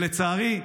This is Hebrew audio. לצערי,